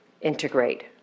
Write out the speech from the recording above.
integrate